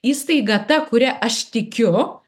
įstaigą ta kuria aš tikiu